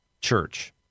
church